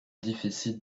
déficit